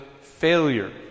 failure